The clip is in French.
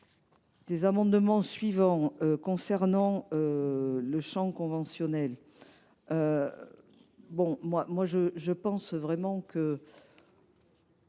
les amendements suivants portant sur le champ conventionnel,